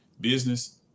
business